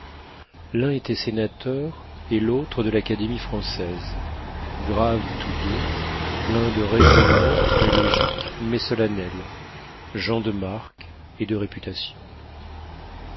l'un était sénateur et l'autre de l'académie française graves tous deux pleins de raisonnements très logiques mais solennels gens de marque et de réputation